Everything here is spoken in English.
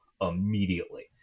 immediately